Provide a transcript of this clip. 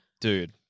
dude